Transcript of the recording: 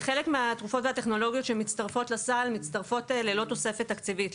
חלק מהתרופות והטכנולוגיות שמצטרפות לסל מצטרפות ללא תוספת תקציבית,